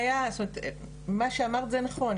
מה שאמרת זה נכון,